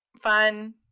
fun